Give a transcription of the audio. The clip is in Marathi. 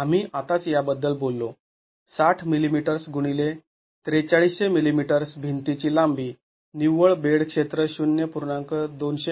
आम्ही आताच याबद्दल बोललो ६० मिलीमीटर्स गुणिले ४३०० मिलीमीटर्स भिंतीची लांबी निव्वळ बेड क्षेत्र ०